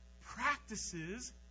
practices